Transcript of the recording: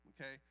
okay